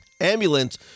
ambulance